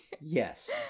yes